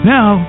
Now